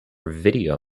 video